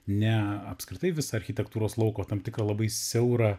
ne apskritai visą architektūros lauką o tam tikrą labai siaurą